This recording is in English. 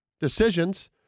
decisions